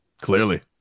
Clearly